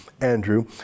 Andrew